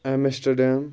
Amsterdam